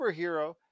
superhero